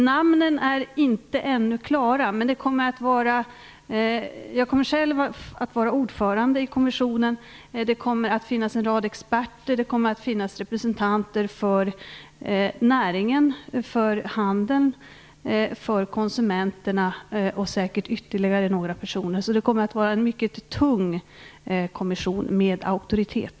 Fru talman! Namnen är ännu inte klara. Jag kommer själv att vara ordförande i kommissionen. Det kommer att finnas en rad experter och representanter för handeln och för konsumenterna samt säkerligen ytterligare några personer. Det kommer alltså att bli en mycket tung kommission med auktoritet.